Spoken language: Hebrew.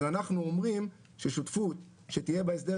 אז אנחנו אומרים ששותפות שתהיה בהסדר